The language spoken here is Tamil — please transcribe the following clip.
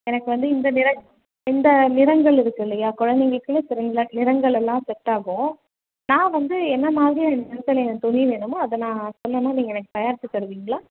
எனக்கு வந்து இந்த நிறத் இந்த நிறங்கள் இருக்கில்லையா குழந்தைகளுக்குனு சில நிறங்கள் எல்லாம் செட் ஆகும் நான் வந்து என்னமாதிரி நிறத்தில் எனக்கு துணி வேணுமோ அதை நான் சொன்னமாதிரி நீங்கள் எனக்கு தயாரித்து தருவீங்களா